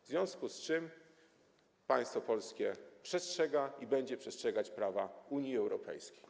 W związku z tym państwo polskie przestrzega i będzie przestrzegać prawa Unii Europejskiej.